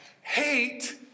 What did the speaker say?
hate